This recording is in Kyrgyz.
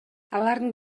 алардын